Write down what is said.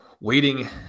waiting